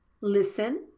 listen